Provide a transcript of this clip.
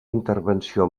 intervenció